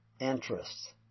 Interests